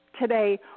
today